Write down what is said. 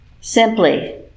Simply